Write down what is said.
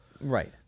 right